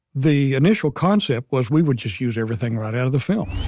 the initial concept was, we would just use everything right out of the film.